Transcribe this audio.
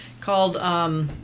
called